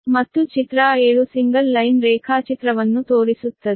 ಮತ್ತು ಚಿತ್ರ 7 single line ರೇಖಾಚಿತ್ರವನ್ನು ತೋರಿಸುತ್ತದೆ